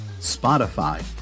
Spotify